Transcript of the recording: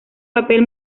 papel